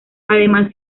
además